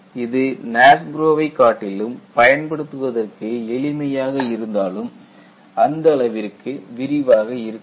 இது NASGRO வை காட்டிலும் பயன்படுத்துவதற்கு எளிமையாக இருந்தாலும் அந்த அளவிற்கு விரிவாக இருக்காது